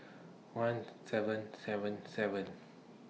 one seven seven seven